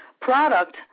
product